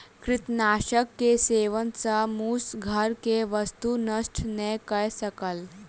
कृंतकनाशक के सेवन सॅ मूस घर के वस्तु नष्ट नै कय सकल